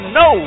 no